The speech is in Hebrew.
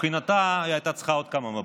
מבחינתה היא הייתה צריכה עוד כמה מבטים.